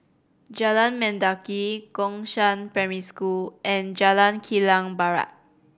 Jalan Mendaki Gongshang Primary School and Jalan Kilang Barat